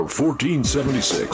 1476